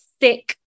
thick